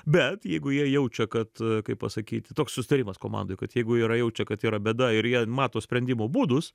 bet jeigu jie jaučia kad kaip pasakyti toks susitarimas komandoj kad jeigu yra jaučia kad yra bėda ir jie mato sprendimo būdus